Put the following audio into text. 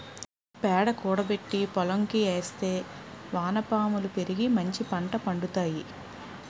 పేడ కూడబెట్టి పోలంకి ఏస్తే వానపాములు పెరిగి మంచిపంట పండుతాయి